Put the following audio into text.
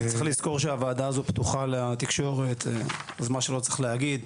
צריך לזכור שהוועדה הזאת פתוחה אל התקשורת אז מה שלא צריך להגיד.